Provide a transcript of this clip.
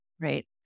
right